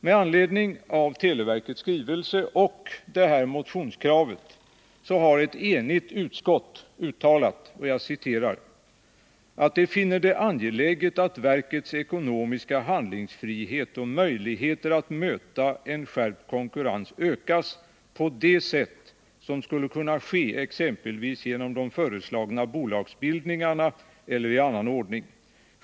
Med anledning av televerkets skrivelse och motionskravet har ett enigt utskott uttalat att det ”finner det angeläget att verkets ekonomiska handlingsfrihet och möjligheter att möta en skärpt konkurrens ökas på det sätt som skulle kunna ske exempelvis genom de föreslagna bolagsbildningarnaeller i annan ordning.